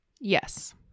Yes